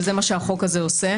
זה מה שהחוק הזה עושה.